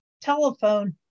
telephone